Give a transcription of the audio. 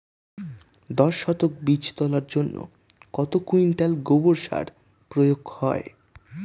দশ শতক বীজ তলার জন্য কত কুইন্টাল গোবর সার প্রয়োগ হয়?